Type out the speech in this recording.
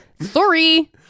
Sorry